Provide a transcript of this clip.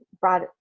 brought